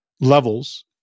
levels